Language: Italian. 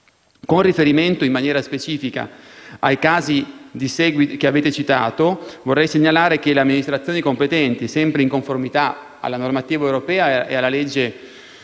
Con riferimento, in maniera specifica, ai casi che avete citato, vorrei segnalare che le amministrazioni competenti, sempre in conformità alla normativa europea e alla legge n.